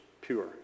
pure